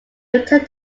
returned